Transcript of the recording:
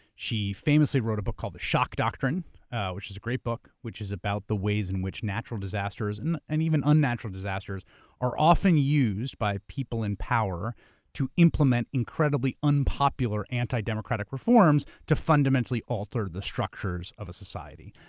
she famously wrote a book called the shock doctrine which is a great book which is about the ways in which natural disasters and and even unnatural disasters are often used by people in power to implement incredibly unpopular anti-democratic reforms to fundamentally alter the structures of a society.